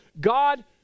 God